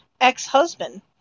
ex-husband